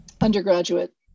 undergraduate